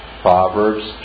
Proverbs